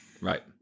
Right